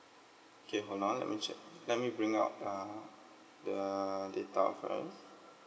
K hold on let me check let me bring up uh the data first